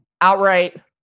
outright